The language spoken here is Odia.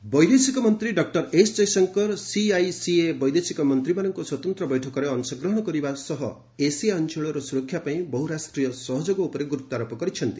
ସିଆଇସିଏ ମିଟିଂ ବୈଦେଶିକ ମନ୍ତ୍ରୀ ଡକ୍ଟର ଏସ୍ ଜୟଶଙ୍କର ସିଆଇସିଏ ବୈଦେଶିକ ମନ୍ତ୍ରୀମାନଙ୍କ ସ୍ୱତନ୍ତ୍ର ବୈଠକରେ ଅଂଶଗ୍ରହଣ କରିବା ସହ ଏସିଆ ଅଞ୍ଚଳର ସୁରକ୍ଷା ପାଇଁ ବହୁ ରାଷ୍ଟ୍ରୀୟ ସହଯୋଗ ଉପରେ ଗୁରୁତ୍ୱାରୋପ କରିଛନ୍ତି